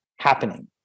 happening